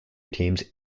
teams